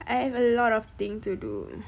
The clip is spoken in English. I have a lot of thing to do